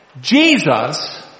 Jesus